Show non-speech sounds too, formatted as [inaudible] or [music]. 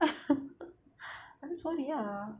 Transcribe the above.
[laughs] I'm sorry ah